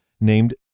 named